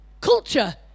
culture